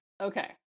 Okay